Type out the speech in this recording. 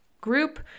group